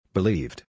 Believed